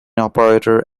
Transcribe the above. operator